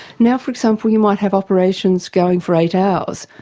now for example, you might have operations going for eight hours,